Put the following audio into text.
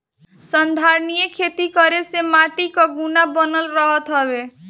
संधारनीय खेती करे से माटी कअ गुण बनल रहत हवे